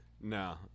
No